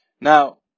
Now